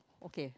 okay